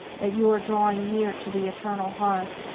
that you are drawing near to the eternal heart,